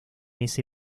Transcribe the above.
ese